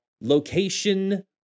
location